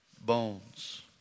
bones